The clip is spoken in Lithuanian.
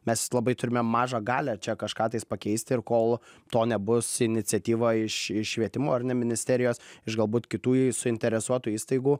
mes labai turime mažą galią čia kažką tais pakeisti ir kol to nebus iniciatyva iš iš švietimo ar ne ministerijos iš galbūt kitų suinteresuotų įstaigų